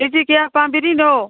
ꯀꯦꯖꯤ ꯀꯌꯥ ꯄꯥꯝꯕꯤꯔꯤꯅꯣ